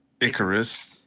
Icarus